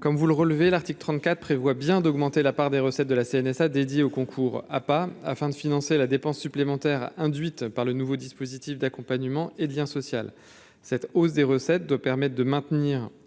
Comme vous le relevez l'article 34 prévoit bien d'augmenter la part des recettes de la CNSA dédié au concours à pas afin de financer la dépense supplémentaire induite par le nouveau dispositif d'accompagnement et de lien social, cette hausse des recettes de permettent de maintenir